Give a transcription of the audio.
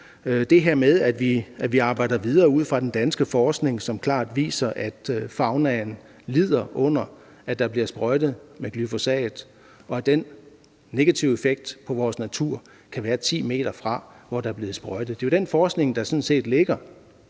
løbet af 2021. Her arbejder vi videre ud fra den danske forskning, som klart viser, at faunaen lider under, at der bliver sprøjtet med glyfosat, og at den negative effekt i naturen rækker 10 m ud, fra hvor der er blevet sprøjtet; det er den forskning, der sådan